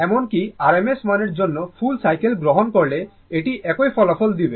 এমনকি RMS মানের জন্য ফুল সাইকেল গ্রহণ করলে এটি একই ফলাফল দিবে